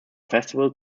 festival